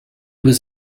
was